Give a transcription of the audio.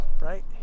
right